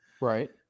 Right